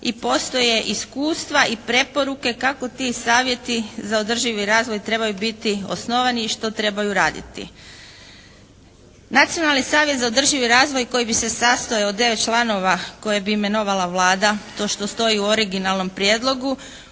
i postoje iskustva i preporuke kako ti savjeti za održivi razvoj trebaju biti osnovani i što trebaju raditi. Nacionalni savjet za održivi razvoj koji bi se sastojao od 9 članova koje bi imenovala Vlada kao što stoji u originalnom prijedlogu,